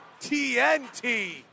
TNT